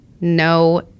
no